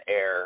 air